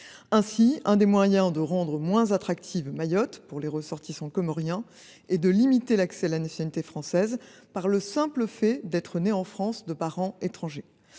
que l’un des moyens de rendre moins attractive Mayotte pour les ressortissants comoriens était de limiter l’accès à la nationalité française par le simple fait d’être né en France de parents étrangers.